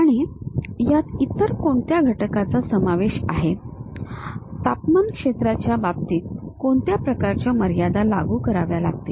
आणि यात इतर कोणत्या घटकांचा समावेश आहे तापमान क्षेत्राच्या बाबतीत कोणत्या प्रकारच्या मर्यादा लागू कराव्या लागतील